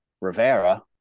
Rivera